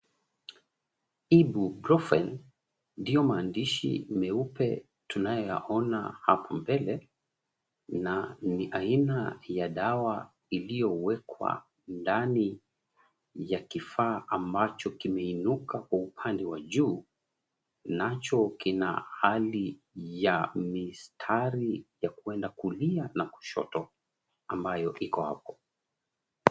'Ibrufen' ndiyo maandishi meupe tunayooyaona hapo mbele, na ni aina ya dawa iliyowekwa ndani ya kifaa ambacho kimeinuka kwa upande wa juu, nacho kina hali ya mistari ya kwenda kulia na kushoto ambayo iko hapo.